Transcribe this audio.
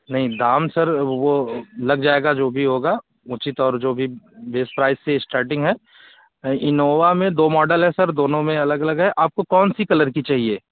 नहीं दाम सर वो लग जाएगा जो भी होगा उचित और जो भी बेस प्राइस से स्टार्टिंग है इनोवा में दो मॉडल है सर दोनों में अलग अलग है आपको कौन सी कलर की चाहिये